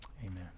amen